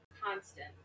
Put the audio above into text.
constant